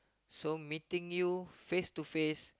so meeting you face to face